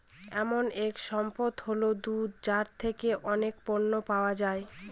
এমন এক সম্পদ হল দুধ যার থেকে অনেক পণ্য পাওয়া যায়